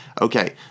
Okay